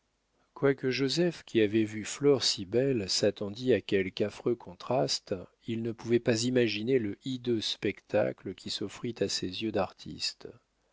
quoique joseph qui avait vu flore si belle s'attendît à quelque affreux contraste il ne pouvait pas imaginer le hideux spectacle qui s'offrit à ses yeux d'artiste